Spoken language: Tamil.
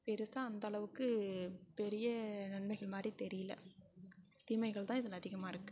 பெருசாக அந்த அளவுக்கு பெரிய நன்மைகள் மாதிரி தெரியல தீமைகள் தான் இதில் அதிகமாக இருக்கு